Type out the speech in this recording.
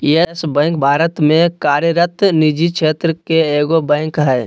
yes Bank Bharat में कार्यरत निजी क्षेत्र के एगो बैंक हइ